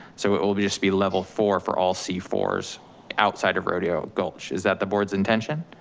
so it will be just be level four for all c four outside of rodeo gulch. is that the board's intention?